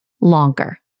longer